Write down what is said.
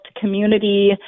community